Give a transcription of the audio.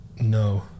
no